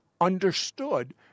understood